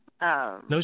no